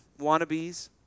wannabes